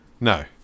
No